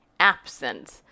Absent